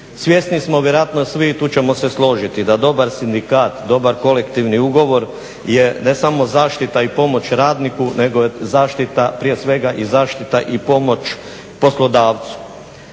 Svjesni smo vjerojatno svi, tu ćemo se složiti da dobar sindikat, dobar kolektivni ugovor je ne samo zaštita i pomoć radniku nego je zaštita, prije svega i zaštita i pomoć poslodavcu.